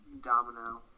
domino